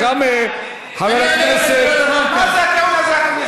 מה זה הטיעון הזה?